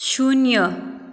शून्य